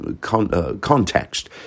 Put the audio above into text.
context